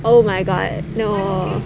oh my god no